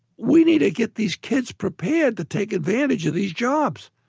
we need to get these kids prepared to take advantage of these jobs.